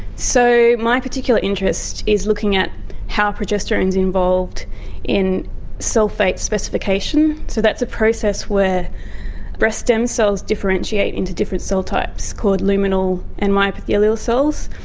so my particular interest is looking at how progesterone is involved in cell fate specification. so that's a process where breast stem cells differentiate into different cell types called luminal and myoepithelial cells.